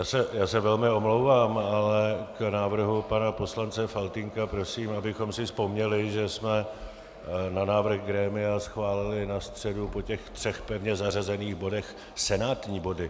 Já se velmi omlouvám, ale k návrhu pana poslance Faltýnka prosím, abychom si vzpomněli, že jsme na návrh grémia schválili na středu po těch třech pevně zařazených bodech senátní body.